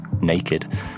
naked